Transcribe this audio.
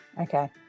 Okay